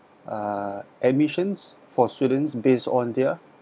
uh admissions for students based on their